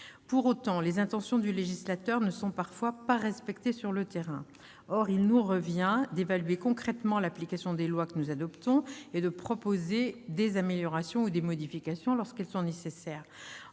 Pour autant, les intentions du législateur ne sont parfois pas respectées sur le terrain. Or il nous revient d'évaluer concrètement l'application des lois que nous adoptons et de proposer des améliorations ou des modifications lorsqu'elles sont nécessaires.